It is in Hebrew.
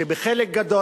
שבחלק גדול,